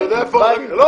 לא